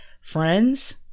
friends